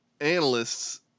Analysts